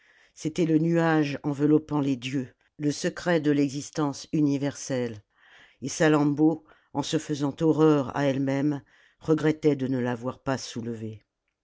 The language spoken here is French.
c'était le nuage enveloppant les dieux le secret de l'existence universelle et salammbô en se faisant horreur à elle-même regrettait de ne l'avoir pas soulevé